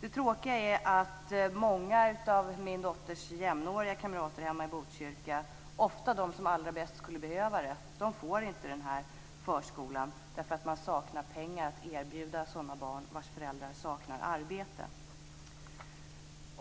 Det tråkiga är att många av min dotters jämnåriga kamrater hemma i Botkyrka, ofta de som allra bäst skulle behöva det, inte får gå till förskolan eftersom det saknas pengar att erbjuda det till sådana barn vars föräldrar saknar arbete.